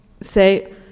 say